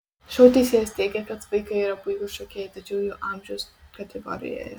šou teisėjas teigė kad vaikai yra puikūs šokėjai tačiau jų amžiaus kategorijoje